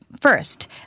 first